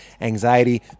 anxiety